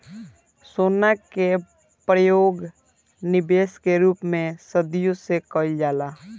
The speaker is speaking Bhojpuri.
सोना के परयोग निबेश के रूप में सदियों से कईल जाला